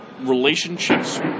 relationships